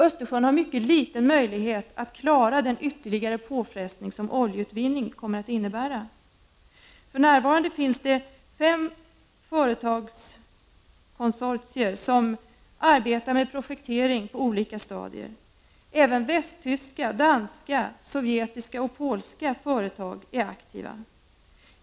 Östersjön har mycket liten möjlighet att klara den ytterligare påfrestning som oljeutvinning kommer att innebära. För närvarande finns det fem företagskonsortier som arbetar med projektering på olika stadier. Även västtyska, danska, sovjetiska och polska företag är aktiva.